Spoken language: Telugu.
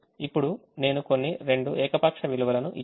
ఇప్పుడు నేను కొన్ని రెండు ఏకపక్ష విలువలను ఇచ్చాను